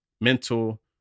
mental